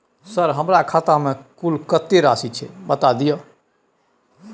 Sir हमरा खाता में कुल कत्ते राशि छै बता दिय?